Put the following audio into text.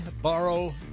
borrow